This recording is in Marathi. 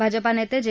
भाजपा नेते जे